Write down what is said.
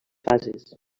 fases